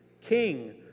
king